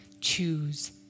choose